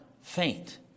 faint